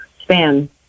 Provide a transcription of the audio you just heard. span